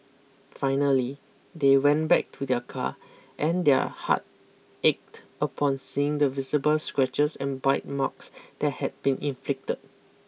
finally they went back to their car and their heart ached upon seeing the visible scratches and bite marks that had been inflicted